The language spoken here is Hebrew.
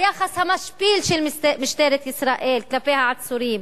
היחס המשפיל של משטרת ישראל כלפי העצורים,